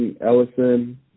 Ellison